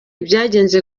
byagenze